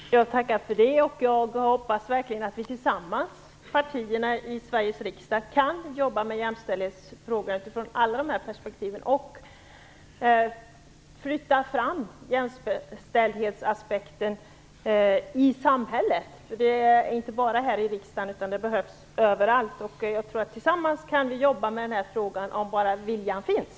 Herr talman! Jag tackar för det, och jag hoppas att partierna i riksdagen verkligen kan jobba tillsammans för jämställdhetsfrågor utifrån alla de här perspektiven och flytta fram jämställdhetsaspekten i samhället. Det gäller ju inte bara riksdagen, det behövs överallt. Jag tror att vi tillsammans kan jobba med den här frågan om bara viljan finns.